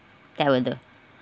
that will do